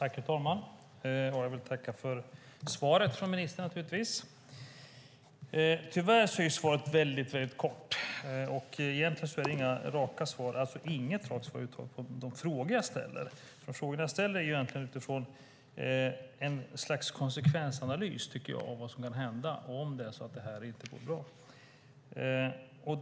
Herr talman! Jag vill tacka för svaret från ministern. Tyvärr är svaret väldigt kort. Det är egentligen inga raka svar och inget svar på de frågor jag ställer. Jag ställer frågorna utifrån ett slags konsekvensanalys av vad som kan hända om det inte går bra.